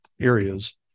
areas